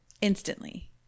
instantly